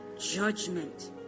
judgment